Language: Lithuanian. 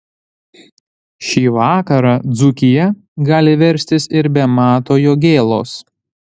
šį vakarą dzūkija gali verstis ir be mato jogėlos